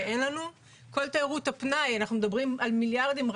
כל תיירות הפנאי, אנחנו מדברים על מיליארדים.